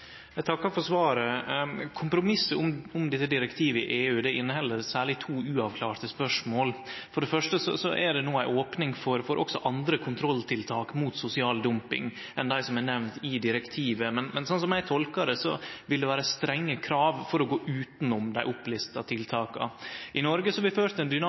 Eg takkar for svaret. Kompromisset om dette direktivet i EU inneheld særleg to uavklarte spørsmål. For det første er det no ei opning for også andre kontrolltiltak mot sosial dumping enn dei som er nemnde i direktivet. Men slik eg tolkar det, vil det vere strenge krav for å gå utanom dei opplista tiltaka. I Noreg har vi ført ein